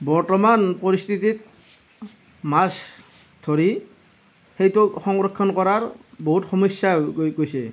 বৰ্তমান পৰিস্থিতিত মাছ ধৰি সেইটো সংৰক্ষণ কৰাৰ বহুত সমস্যা হৈ গৈছে